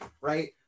right